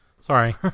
Sorry